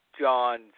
John